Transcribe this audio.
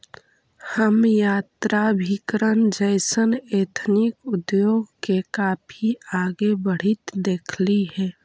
हम यात्राभिकरण जइसन एथनिक उद्योग के काफी आगे बढ़ित देखली हे